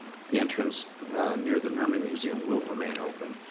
the entrance near the nerman museum will remain open.